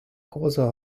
große